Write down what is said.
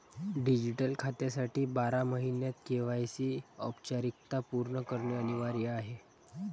digital खात्यासाठी बारा महिन्यांत के.वाय.सी औपचारिकता पूर्ण करणे अनिवार्य आहे